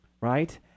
right